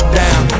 down